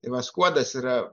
tai va skuodas yra